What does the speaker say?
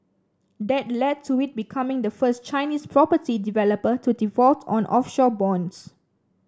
that lead to it becoming the first Chinese property developer to default on offshore bonds